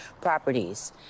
properties